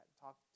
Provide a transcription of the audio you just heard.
talk